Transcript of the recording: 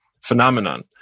phenomenon